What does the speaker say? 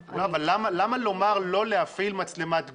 לא, אבל למה לומר לא להפעיל מצלמת גוף?